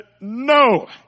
no